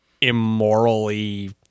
immorally